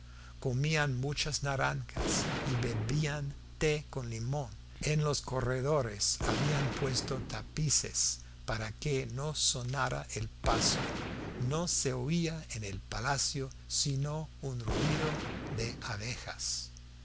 comían muchas naranjas y bebían té con limón en los corredores habían puesto tapices para que no sonara el paso no se oía en el palacio sino un ruido de abejas